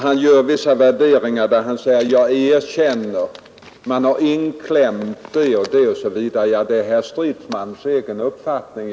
Han gör vissa värderingar och säger att ”inrikesministern erkänner”, ”det finns inklämt i svaret” osv. Detta är herr Stridsmans egen uppfattning.